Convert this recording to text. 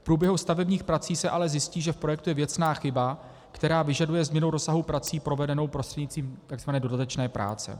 V průběhu stavebních prací se ale zjistí, že v projektu je věcná chyba, která vyžaduje změnu rozsahu prací provedenou prostřednictvím takzvané dodatečné práce.